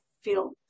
feel